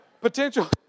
Potential